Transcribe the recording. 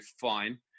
fine